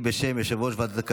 12 בעד,